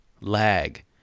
lag